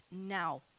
now